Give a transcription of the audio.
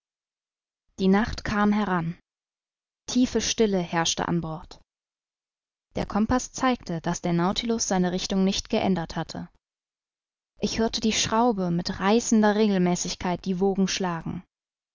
die nacht kam heran tiefe stille herrschte an bord der compaß zeigte daß der nautilus seine richtung nicht geändert hatte ich hörte die schraube mit reißender regelmäßigkeit die wogen schlagen